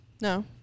no